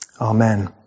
Amen